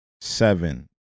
seven